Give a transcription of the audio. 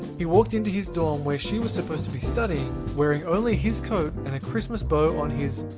he walked into his dorm where she was supposed to be studying wearing only his coat and a christmas bow on his.